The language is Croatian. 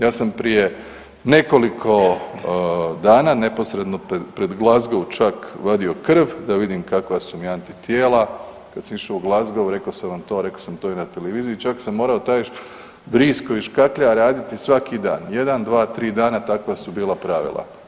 Ja sam prije nekoliko dana neposredno pred Glasgow čak vadio krv da vidimo kakva su mi antitijela, kad sam išao u Glasgow, rekao sam vam to, rekao sam to i na televiziji, čak sam morao taj još bris koji škaklja raditi svaki dan, 1, 2, 3 dana, takva su bila pravila.